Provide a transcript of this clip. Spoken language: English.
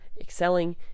excelling